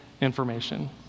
information